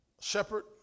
shepherd